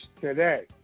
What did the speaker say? today